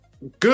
good